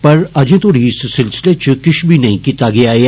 पर अर्जे तोड़ी इस सिलसिले च किष बी नेई कीता गेआ ऐ